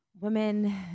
women